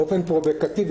באופן פרובוקטיבי,